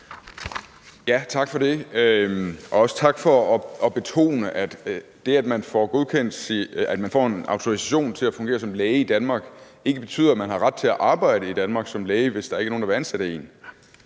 Tak for det. Også tak for at betone, at det, at man får en autorisation til at fungere som læge i Danmark, ikke betyder, at man har ret til at arbejde i Danmark som læge, hvis der ikke er nogen, der vil ansætte en.